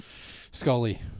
Scully